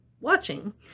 watching